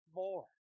more